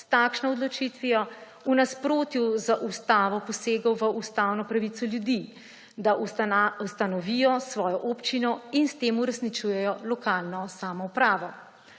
s takšno odločitvijo v nasprotju z Ustavo posegel v ustavno pravico ljudi, da ustanovijo svojo občino in s tem uresničujejo lokalno samoupravo.